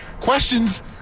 Questions